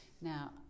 Now